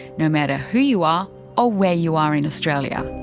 no matter who you are or where you are in australia.